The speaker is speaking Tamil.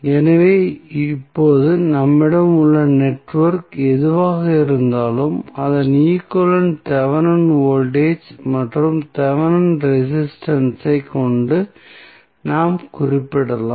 எனவே இப்போது நம்மிடம் உள்ள நெட்வொர்க் எதுவாக இருந்தாலும் அதன் ஈக்வலன்ட் தெவெனின் வோல்டேஜ் மற்றும் தெவெனின் ரெசிஸ்டன்ஸ் ஐக் கொண்டு நாம் குறிப்பிடலாம்